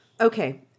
Okay